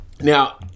Now